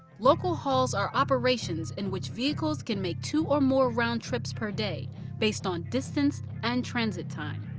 local hauls are operations in which vehicles can make two or more round trips per day based on distance and transit time.